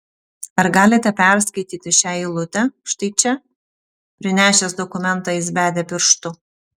ar galite perskaityti šią eilutę štai čia prinešęs dokumentą jis bedė pirštu